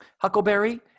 huckleberry